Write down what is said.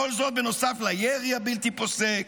כל זאת נוסף לירי הבלתי-פוסק,